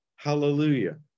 Hallelujah